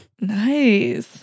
Nice